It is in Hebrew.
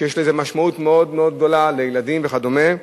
ויש לזה משמעות מאוד מאוד גדולה לילדים וכדומה.